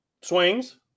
swings